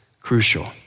crucial